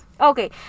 Okay